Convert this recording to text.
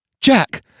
Jack